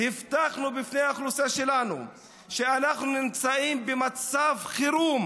הבטחנו בפני האוכלוסייה שלנו שאנחנו נמצאים במצב חירום,